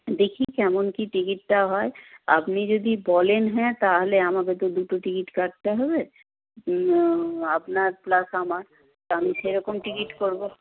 দেখি কেমন কী টিকিটটা হয় আপনি যদি বলেন হ্যাঁ তাহলে আমাকে তো দুটো টিকিট কাটতে হবে আপনার প্লাস আমার আমি সেরকম টিকিট করবো